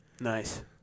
Nice